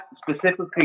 specifically